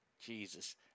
Jesus